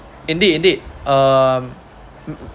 indeed indeed um